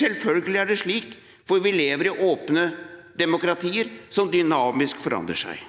Selvfølgelig er det slik, for vi lever i åpne demokratier som dynamisk forandrer seg.